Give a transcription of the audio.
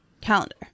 calendar